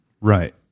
Right